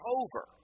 over